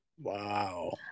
Wow